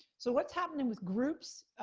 so, what's happening with groups?